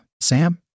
Sam